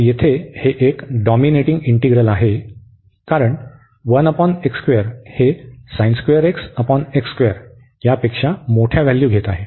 तर येथे हे एक डॉमिनेटिंग इंटीग्रल आहे कारण हे यापेक्षा मोठ्या व्हॅल्यू घेत आहे